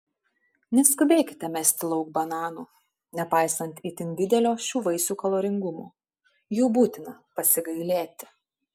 neskubėkite mesti lauk bananų nepaisant itin didelio šių vaisių kaloringumo jų būtina pasigailėti